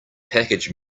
package